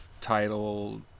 title